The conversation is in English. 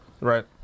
Right